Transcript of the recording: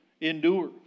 endure